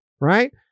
Right